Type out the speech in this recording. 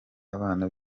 abana